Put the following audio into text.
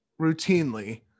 routinely